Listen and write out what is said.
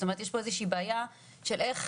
זאת אומרת, יש פה איזה בעיה של איך,